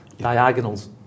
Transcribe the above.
diagonals